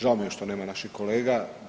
Žao mi je što nema naših kolega.